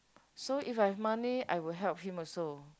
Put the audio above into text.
so if I have money I will help him also